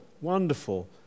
wonderful